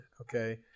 Okay